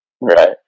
Right